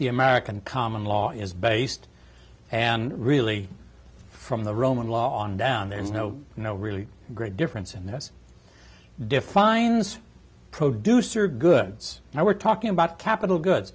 the american common law is based and really from the roman law on down there is no no really great difference in this defines produce or goods and we're talking about capital good